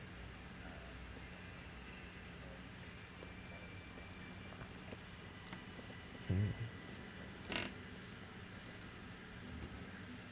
mm